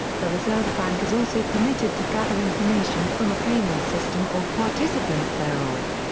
the reserve bank is also permitted to gather information from a payment system or participants thereof.